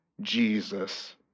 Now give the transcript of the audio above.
Jesus